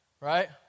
right